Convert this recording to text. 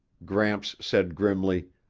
gramps said grimly,